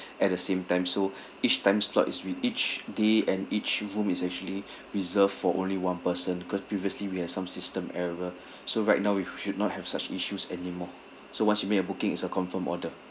at the same time so each time slot is with each day and each room is actually reserved for only one person cause previously we have some system error so right now we should not have such issues anymore so once you made a booking is a confirmed order